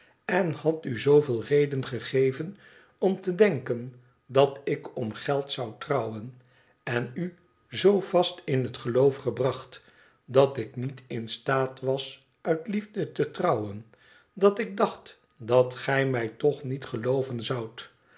en had u zooveel reden gegeven om te denken dat ik om geld zou trouwen en u zoo vast in het geloof gebracht dat ik niet in staat was uit liefde te trouwen dat ik dacht dat gij mij toch niet gelooven zoudt